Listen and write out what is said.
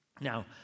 Now